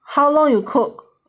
how long you cook